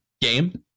game